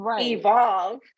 evolve